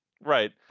Right